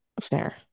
fair